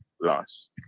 loss